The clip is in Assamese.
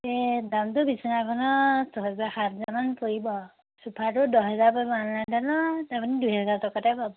দামটো বিছনাখনৰ ছহেজাৰ সাত হেজাৰমান পৰিব আৰু চফাৰটোত দহ হেজাৰমান পৰিব আলনাডালত আপুনি দুহেজাৰ টকাতে পাব